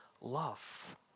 love